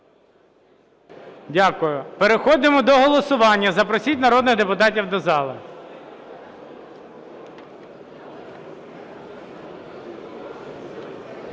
Дякую. Переходимо до голосування, запросіть народних депутатів до зали.